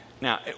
now